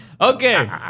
Okay